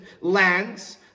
lands